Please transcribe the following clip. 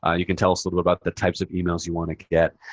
ah you can tell us a little about the types of emails you want to get.